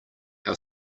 our